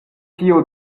tiu